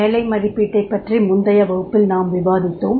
வேலை மதிப்பீட்டைப் பற்றி முந்தைய வகுப்பில் நாம் விவாதித்தோம்